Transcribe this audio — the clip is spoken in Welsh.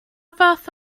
fath